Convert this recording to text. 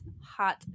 hot